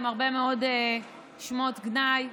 עם הרבה מאוד שמות גנאי,